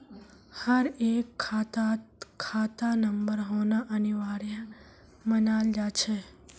हर एक खातात खाता नंबर होना अनिवार्य मानाल जा छे